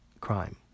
crime